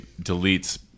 deletes